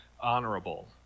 honorable